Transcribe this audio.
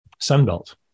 Sunbelt